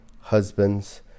husbands